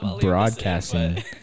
broadcasting